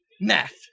Math